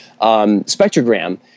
spectrogram